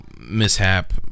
mishap